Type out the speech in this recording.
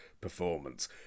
performance